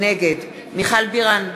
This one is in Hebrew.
נגד מיכל בירן,